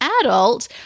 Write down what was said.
adult